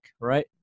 right